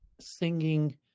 singing